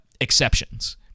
exceptions